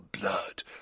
blood